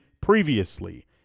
previously